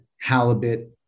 halibut